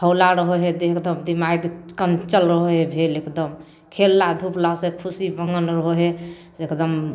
हौला रहै हइ देह दिमाग कम चलै हइ भेल एकदम खेलला धुपलासँ खुशी मोन रहै हइ एकदम